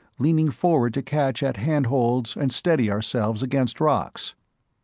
leaning forward to catch at handholds and steady ourselves against rocks.